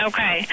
Okay